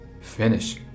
Finish